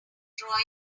drawing